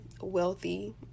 wealthy